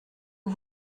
que